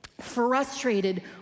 frustrated